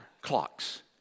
clocks